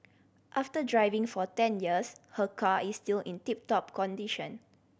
after driving for ten years her car is still in tip top condition